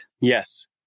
Yes